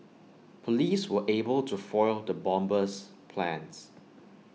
Police were able to foil the bomber's plans